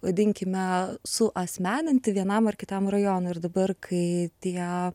vadinkime suasmeninti vienam ar kitam rajonui ir dabar kai tie